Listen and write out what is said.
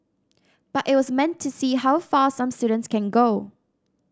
but it was meant to see how far some students can go